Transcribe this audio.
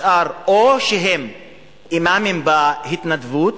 השאר או שהם אימאמים בהתנדבות